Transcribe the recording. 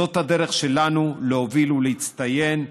זאת הדרך שלנו להוביל ולהצטיין.